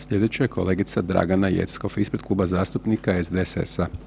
Sljedeća je kolegica Dragana Jeckov ispred Kluba zastupnika SDSS-a.